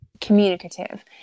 communicative